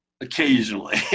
occasionally